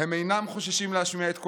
אינם חוששים להשמיע את קולם,